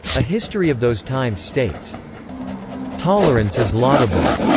a history of those times states tolerance is laudable,